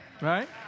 Right